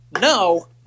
No